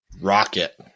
Rocket